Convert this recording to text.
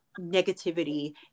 negativity